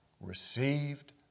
received